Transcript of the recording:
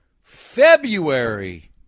February